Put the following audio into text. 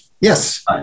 yes